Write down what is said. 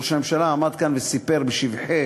כשראש הממשלה עמד כאן וסיפר בשבחי